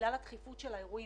בגלל הדחיפות של האירועים.